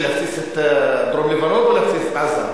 של להפציץ את דרום-לבנון או להפציץ את עזה?